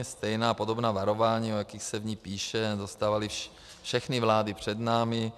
Stejná podobná varování, o jakých se v nich píše, dostávaly všechny vlády před námi.